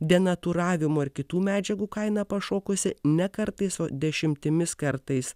denatūravimo ir kitų medžiagų kaina pašokusi ne kartais o dešimtimis kartais